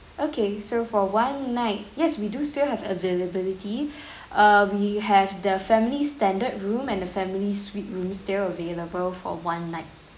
okay so for one night yes we do still have availability err we have the family standard room and the family suite room still available for one night